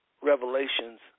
revelations